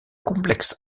complexe